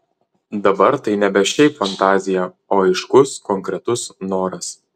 dabar tai nebe šiaip fantazija o aiškus konkretus noras